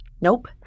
Nope